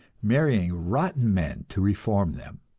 marrying rotten men to reform them!